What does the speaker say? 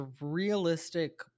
realistic